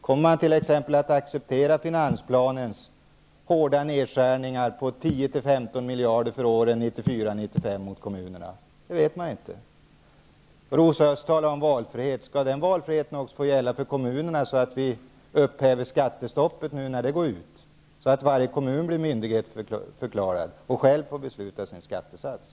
Kommer man t.ex. att acceptera finansplanens hårda nedskärningar gentemot kommunerna med 10-15 miljarder för åren 1994 och 1995? Det vet vi inte. Rosa Östh talar om valfrihet. Skall den valfriheten också få gälla för kommunerna, dvs. att vi inte förlänger skattestoppet när det går ut, så att kommunerna blir myndigförklarade och själva får besluta om sin skattesats?